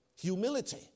Humility